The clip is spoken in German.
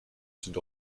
sind